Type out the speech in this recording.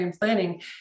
planning